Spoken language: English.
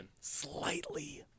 Slightly